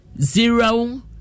zero